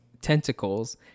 tentacles